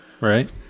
right